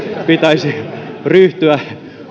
pitäisi ryhtyä